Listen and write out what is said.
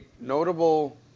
notable